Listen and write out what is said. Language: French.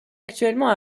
actuellement